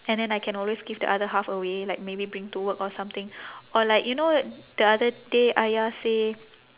and then I can always give the other half away like maybe bring to work or something or like you know the other day ayah say